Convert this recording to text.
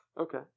Okay